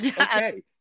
okay